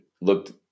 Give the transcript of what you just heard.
looked